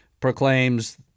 proclaims